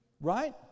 Right